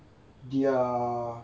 their